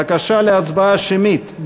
בקשה להצבעה שמית.